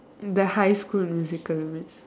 the high school musical